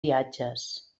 viatges